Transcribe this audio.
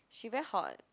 she very hot